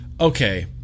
Okay